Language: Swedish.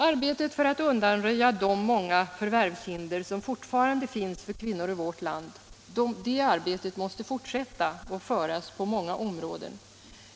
Arbetet för att undanröja de många förvärvshinder som fortfarande finns för kvinnor i vårt land måste fortsätta och föras på många områden.